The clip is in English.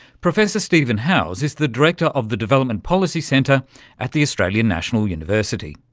professor stephen howes is the director of the development policy centre at the australian national university.